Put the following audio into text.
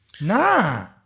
nah